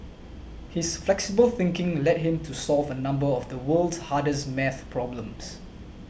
his flexible thinking led him to solve a number of the world's hardest math problems